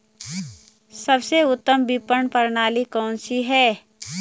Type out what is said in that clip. सबसे उत्तम विपणन प्रणाली कौन सी है?